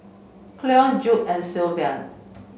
Cleon Jude and Sylvan